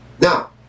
now